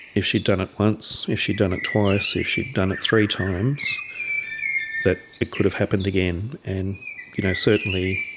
if she'd done it once, if she'd done it twice, if she'd done it three times that it could have happened again. and you know certainly